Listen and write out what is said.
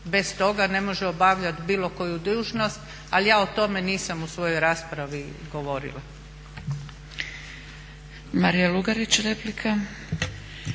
bez toga ne može obavljati bilo koju dužnost, ali ja o tome nisam u svojoj raspravi govorila.